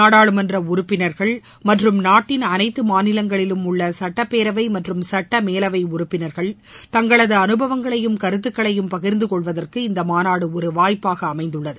நாடாளுமன்ற உறுப்பினர்கள் மற்றும் நாட்டின் அனைத்து மாநிலங்களிலும் உள்ள சட்டப்பேரவை மற்றும் சுட்ட மேலவை உறுப்பினர்கள் தங்களது அனுபவங்களையும் கருத்துக்களையும் பகிர்ந்துகொள்வதற்கு இந்த மாநாடு ஒரு வாய்ப்பாக அமைந்துள்ளது